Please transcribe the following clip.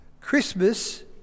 Christmas